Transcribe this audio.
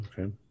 Okay